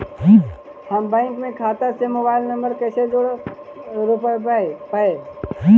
हम बैंक में खाता से मोबाईल नंबर कैसे जोड़ रोपबै?